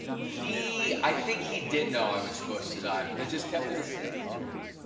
he i think he did know i was supposed to die, but they just kept it a secret from me,